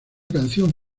canción